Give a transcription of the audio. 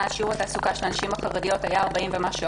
שיעור התעסוקה של הנשים החרדיות היה 40% ומשהו.